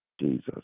Jesus